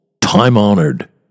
time-honored